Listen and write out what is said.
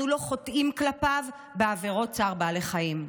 לא חוטאים כלפיו בעבירות צער בעלי חיים.